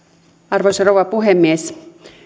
arvoisa rouva puhemies